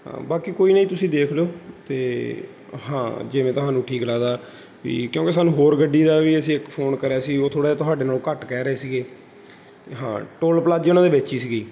ਹਾਂ ਬਾਕੀ ਕੋਈ ਨਾ ਜੀ ਤੁਸੀਂ ਦੇਖ ਲਿਓ ਅਤੇ ਹਾਂ ਜਿਵੇਂ ਤੁਹਾਨੂੰ ਠੀਕ ਲੱਗਦਾ ਵੀ ਕਿਉਂਕਿ ਸਾਨੂੰ ਹੋਰ ਗੱਡੀ ਦਾ ਵੀ ਅਸੀਂ ਇੱਕ ਫੋਨ ਕਰਿਆ ਸੀ ਉਹ ਥੋੜ੍ਹਾ ਜਿਹਾ ਤੁਹਾਡੇ ਨਾਲੋਂ ਘੱਟ ਕਹਿ ਰਹੇ ਸੀਗੇ ਅਤੇ ਹਾਂ ਟੋਲ ਪਲਾਜ਼ੇ ਉਹਨਾਂ ਦੇ ਵਿੱਚ ਹੀ ਸੀਗੇ